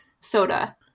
soda